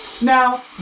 Now